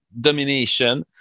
domination